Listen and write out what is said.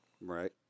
Right